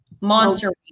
Monster